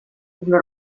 una